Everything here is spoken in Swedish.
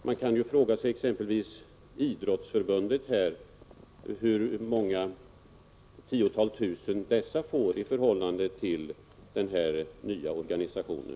Man kan fråga sig exempelvis hur många tiotal tusen Samernas Idrottsförbund får och ställa det i relation till det bidrag som ges till den här nya organisationen.